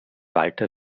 walter